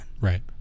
right